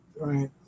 Right